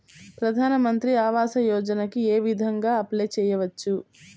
ప్రధాన మంత్రి ఆవాసయోజనకి ఏ విధంగా అప్లే చెయ్యవచ్చు?